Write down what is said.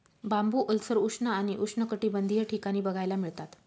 बांबू ओलसर, उष्ण आणि उष्णकटिबंधीय ठिकाणी बघायला मिळतात